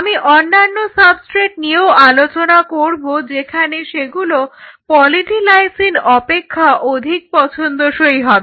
আমি অন্যান্য সাবস্ট্রেট নিয়েও আলোচনা করব যেখানে সেগুলো পলি ডি লাইসিন অপেক্ষা অধিক পছন্দসই হবে